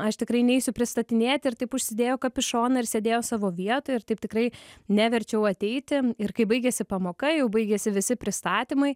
aš tikrai neisiu pristatinėti ir taip užsidėjo kapišoną ir sėdėjo savo vietoj ir taip tikrai neverčiau ateiti ir kai baigėsi pamoka jau baigėsi visi pristatymai